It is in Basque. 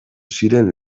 ziren